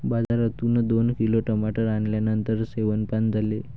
बाजारातून दोन किलो टमाटर आणल्यानंतर सेवन्पाक झाले